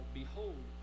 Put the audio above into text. behold